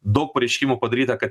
daug pareiškimų padaryta kad